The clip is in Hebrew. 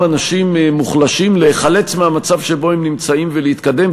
אנשים מוחלשים להיחלץ מהמצב שבו הם נמצאים ולהתקדם.